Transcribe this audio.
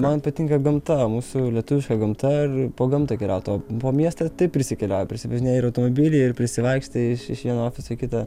man patinka gamta mūsų lietuviška gamta ir po gamtą keliaut o po miestą taip prisikeliauji prisivažinėji ir automobily ir prisivaikštai iš iš vieno ofiso į kitą